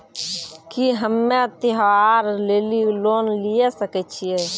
की हम्मय त्योहार लेली लोन लिये सकय छियै?